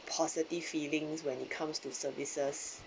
positive feelings when it comes to services